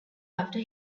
after